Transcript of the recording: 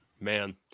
man